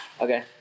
Okay